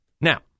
Now